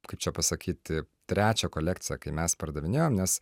kaip čia pasakyti trečią kolekciją kai mes pardavinėjom nes